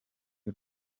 y’u